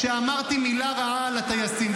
שאמרתי מילה רעה על הטייסים.